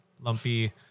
lumpy